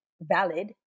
valid